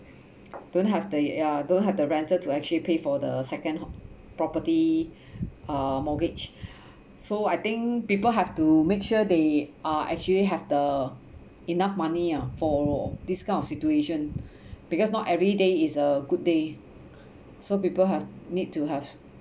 don't have the ya don't have the rental to actually pay for the second property uh mortgage so I think people have to make sure they uh actually have the enough money ah for this kind of situation because not everyday is a good day so people have need to have